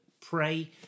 pray